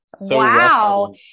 Wow